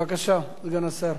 בבקשה, סגן השר.